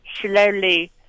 slowly